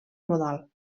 modal